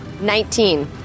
Nineteen